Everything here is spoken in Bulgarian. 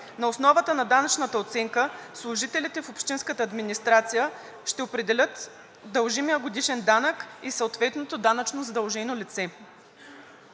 На основата на данъчната оценка служителите в общинската администрация ще определят дължимия годишен данък и съответното данъчно задължено лице.